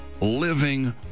living